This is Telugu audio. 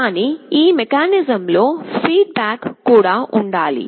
కానీ ఈ మెకానిజమ్ లో ఫీడ్ బ్యాక్ కూడా ఉండాలి